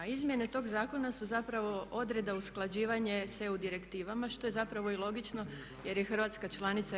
A izmjene tog zakona su zapravo odreda usklađivanje s EU direktivama što je zapravo i logično jer je Hrvatska članica EU.